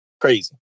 Crazy